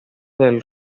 del